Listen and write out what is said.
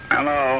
Hello